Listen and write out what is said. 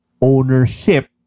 ownership